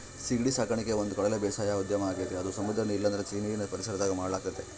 ಸೀಗಡಿ ಸಾಕಣಿಕೆ ಒಂದುಕಡಲ ಬೇಸಾಯ ಉದ್ಯಮ ಆಗೆತೆ ಅದು ಸಮುದ್ರ ಇಲ್ಲಂದ್ರ ಸೀನೀರಿನ್ ಪರಿಸರದಾಗ ಮಾಡಲಾಗ್ತತೆ